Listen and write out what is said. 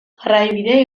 jarraibide